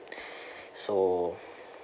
so